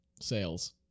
sales